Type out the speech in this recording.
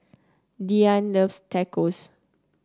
Diane loves Tacos